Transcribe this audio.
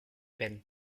peine